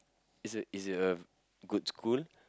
it's a it's a good school